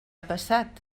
passat